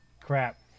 Crap